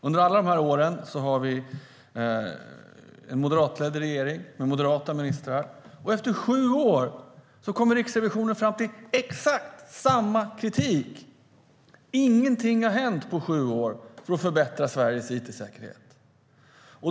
Under alla dessa sju år har vi en moderatledd regering med moderata ministrar, och efter de sju åren kommer Riksrevisionen fram till exakt samma kritik. Ingenting har alltså hänt på sju år för att förbättra Sveriges it-säkerhet.